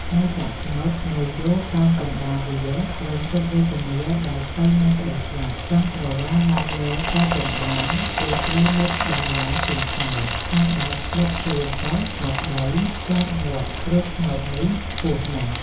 ចៅចាក់ស្មុគ នៅយោលតោងកណ្តាលវាល រងទុក្ខវេទនាដោយភ័យនឹងក្តីស្លាប់ ចង់ស្រវាឡើងលើក៏ពុំបាន ព្រោះត្រូវមុតនឹងបន្លាធាងត្នោត ថាបើទម្លាក់ខ្លួនចុះមកដីខ្លាចងាប់ ព្រោះត្នោតនេះខ្ពស់ណាស់។